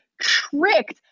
tricked